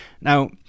Now